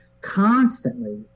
constantly